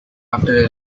after